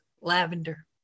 lavender